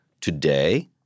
Today